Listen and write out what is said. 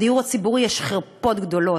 בדיור הציבורי יש חרפות גדולות.